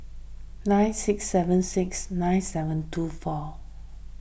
nine six seven six nine seven two four